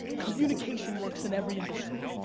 communication works in every industry.